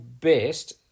best